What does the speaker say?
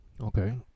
Okay